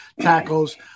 tackles